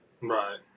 right